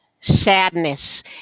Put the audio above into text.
sadness